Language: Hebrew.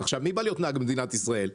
מי בא להיות נהג במדינת ישראל?